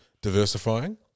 diversifying